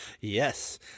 Yes